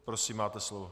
Prosím, máte slovo.